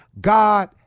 God